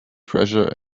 treasure